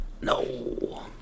No